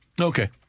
Okay